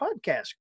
podcast